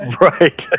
Right